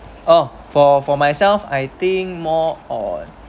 oh for for myself I think more on